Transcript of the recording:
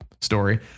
story